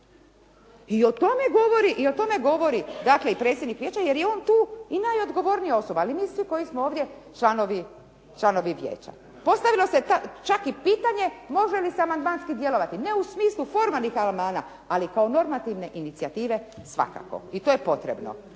I o tome govori dakle i predsjednik vijeća, jer on tu i najodgovornija osoba, ali mi svi koji smo ovdje članovi vijeća. Postavilo se čak i pitanje može li se amandmanski djelovati, ne u smislu formalnih amandmana, ali kao normativne inicijative svakako. I to je potrebno.